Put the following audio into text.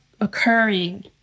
occurring